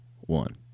one